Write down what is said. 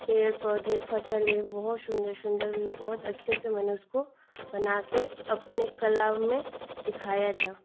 पेड़ पौधे फ़सलें बहुत सुन्दर सुन्दर बहुत अच्छे से मैंने उसको बनाकर अपने क्लब में दिखाया था